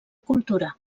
cultura